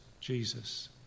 Jesus